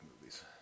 movies